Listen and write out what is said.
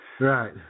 Right